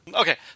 Okay